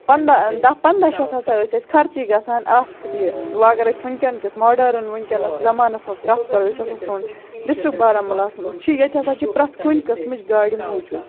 پنٛداہ دَہ پنٛداہ شَتھ ہَسا ٲسۍ أسۍ خرچی گژھان اَتھ یہِ وۄنۍ اگر أسۍ وٕنۍکٮ۪ن کِس ماڈٲرٕن وٕنۍ کٮ۪نَس زَمانَس منٛز کَتھ کَرو یُس ہَسا سون ڈِسٹرک بارامولہَس چھِ ییٚتہِ ہَسا چھِ پرٛٮ۪تھ کُنہِ قٕسمٕچ گاڑِ موٗجوٗد